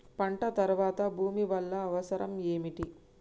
పంట తర్వాత భూమి వల్ల అవసరం ఏమిటి?